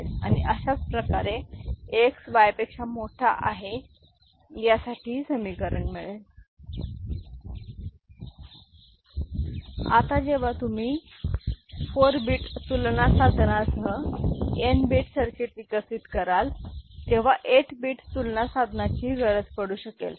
X Y Gn 1 En 1Gn 2 En 1En 2Gn 3 En 1En 2 E1G0 X Y En 1En 2 E1E0 X Y Ln 1 En 1Ln 2 En 1En 2Ln 3 En 1En 2 E1L0 आता जेव्हा तुम्ही 4 bit तुलना साधनासह n bit circuit विकसित कराल तेव्हा 8 bit तुलना साधनाची ही गरज पडू शकेल